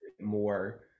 more